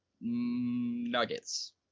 nuggets